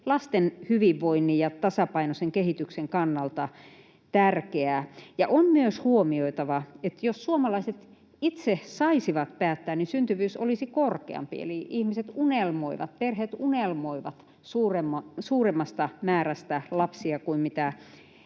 lasten hyvinvoinnin ja tasapainoisen kehityksen kannalta tärkeää. On myös huomioitava, että jos suomalaiset itse saisivat päättää, niin syntyvyys olisi korkeampi, eli ihmiset unelmoivat, perheet unelmoivat suuremmasta määrästä lapsia kuin mitä